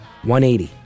180